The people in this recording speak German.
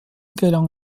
gelang